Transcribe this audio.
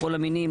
לכל המינים,